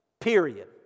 period